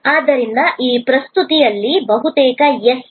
ಆದ್ದರಿಂದ ಈ ಪ್ರಸ್ತುತಿಯಲ್ಲಿ ಬಹುತೇಕ ಎಸ್ನಂತೆ